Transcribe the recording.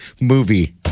movie